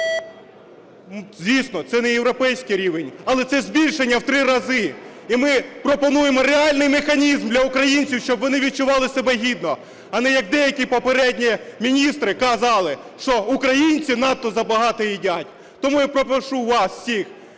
Звісно, це не європейський рівень, але це збільшення в три рази. І ми пропонуємо реальний механізм для українців, щоб вони відчували себе гідно, а не як деякі попередні міністри казали, що українці надто забагато їдять. Тому я прошу вас всіх,